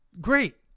great